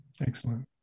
Excellent